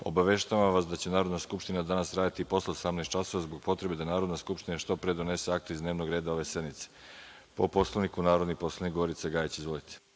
obaveštavam vas da će Narodna skupština danas raditi i posle 18.00 časova, zbog potrebe da Narodna skupština što pre donese akta iz dnevnog reda ove sednice. Po Poslovniku, narodni poslanik Gorica Gajević. Izvolite.